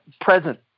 present